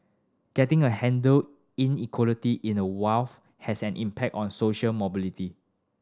getting a handle inequality in a wealth has an impact on social mobility